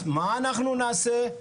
אז מה אנחנו נעשה?